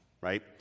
Right